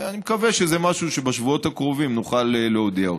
ואני מקווה שזה משהו שבשבועות הקרובים נוכל להודיע אותו.